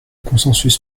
consensus